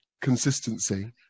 consistency